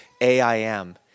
AIM